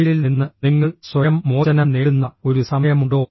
മൊബൈലിൽ നിന്ന് നിങ്ങൾ സ്വയം മോചനം നേടുന്ന ഒരു സമയമുണ്ടോ